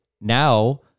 Now